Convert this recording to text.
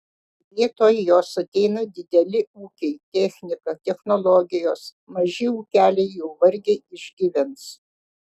vietoj jos ateina dideli ūkiai technika technologijos maži ūkeliai jau vargiai išgyvens